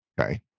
Okay